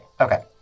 Okay